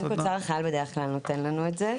בנק אוצר החייל בדרך כלל נותן לנו את זה.